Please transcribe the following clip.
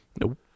Nope